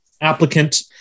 applicant